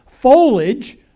foliage